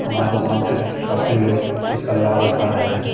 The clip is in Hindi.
हमारे गाँव के काफ़ी लोग इसका लाभ उठा रहे हैं